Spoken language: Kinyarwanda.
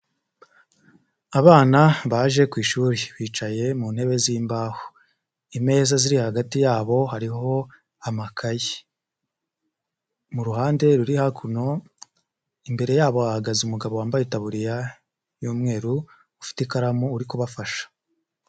Abana baje ku ishuri bicaye mu ntebe z'imbaho, imeza ziri hagati yabo hariho amakaye, mu ruhande ruri hakuno imbere yabo ahagaze umugabo wambaye itaburiya y'umweru ufite ikaramu uri kubafasha.